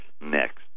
next